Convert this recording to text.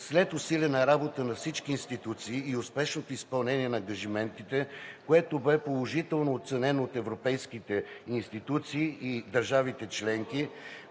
След усилена работа на всички институции и успешното изпълнение на ангажиментите, което бе положително оценено от европейските институции и държавите членки,